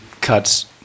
cuts